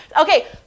Okay